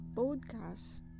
podcast